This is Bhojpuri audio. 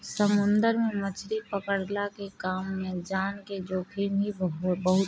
समुंदर में मछरी पकड़ला के काम में जान के जोखिम ही बहुते होला